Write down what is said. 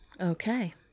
Okay